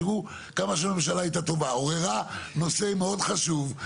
תראו כמה שהממשלה הייתה טובה ועוררה נושא מאוד מאוד חשוב.